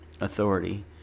authority